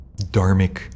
dharmic